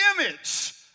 image